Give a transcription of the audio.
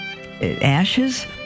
ashes